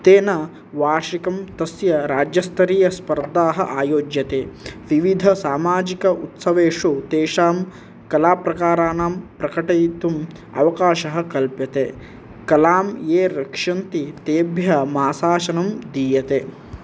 तेन वार्षिकं तस्य राज्यस्तरीयस्पर्दाः आयोज्यते विविधसामाजिक उत्सवेषु तेषां कलाप्रकाराणां प्रकटयितुम् अवकाशः कल्प्यते कलां ये रक्षन्ति तेभ्यः मसासनं दीयते